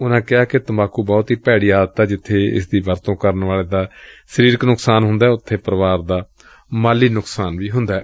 ਉਨਾਂ ਕਿਹਾ ਕਿ ਤੰਬਾਕੁ ਬਹੁਤ ਹੀ ਭੈਤੀ ਆਦਤ ਏ ਜਿੱਬੇ ਇਸ ਦੀ ਵਰਤੋ' ਕਰਨ ਵਾਲੇ ਦਾ ਸਰੀਰਕ ਨੁਕਸਾਨ ਹੁੰਦੈਂ ਉਬੇ ਪਰਿਵਾਰ ਦੇ ਮਾਲੀ ਨੁਕਸਾਨ ਵੀ ਹੁੰਦੈ